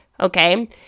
okay